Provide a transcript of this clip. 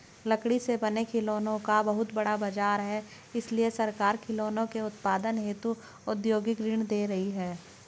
लकड़ी से बने खिलौनों का बहुत बड़ा बाजार है इसलिए सरकार खिलौनों के उत्पादन हेतु औद्योगिक ऋण दे रही है